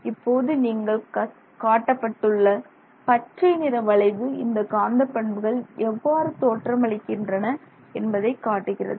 இப்போது இங்கு காட்டப்பட்டுள்ள பச்சை நிற வளைவு இந்த காந்த பண்புகள் எவ்வாறு தோற்றமளிக்கின்றன என்பதை காட்டுகிறது